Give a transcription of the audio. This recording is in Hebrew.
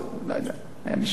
לא יודע, היה מישהו אחר.